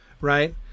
right